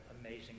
amazing